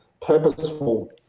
purposeful